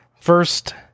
First